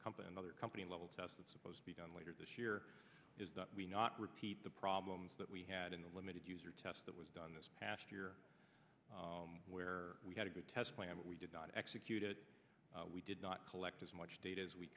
a company and other company level test of supposed to be done later this year is that we not repeat the problems that we had in the limited user test that was done this past year where we had a good test plan but we did not execute it we did not collect as much